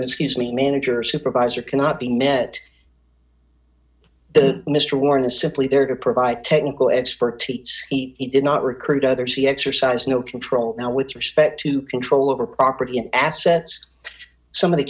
excuse me manager supervisor cannot be met that mr warren is simply there to provide technical expertise he did not recruit others he exercised no control now with respect to control over property and assets some of the